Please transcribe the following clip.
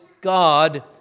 God